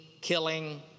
killing